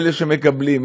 אלה שמקבלים.